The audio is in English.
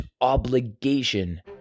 obligation